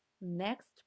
Next